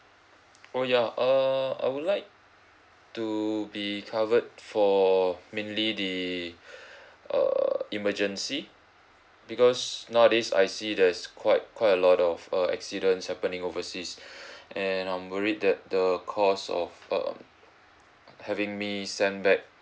oh ya err I would like to be covered for mainly the err emergency because nowadays I see there's quite quite a lot of uh accidents happening overseas and I'm worried that the cost of um having me send back